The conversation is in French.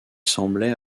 semblait